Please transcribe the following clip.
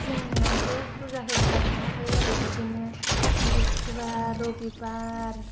जोंनियावथ' फुजा होबायानो थाखायो आरो बिदियानो बिस्थिबार रबिबार